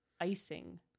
icing